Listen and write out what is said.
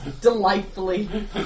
Delightfully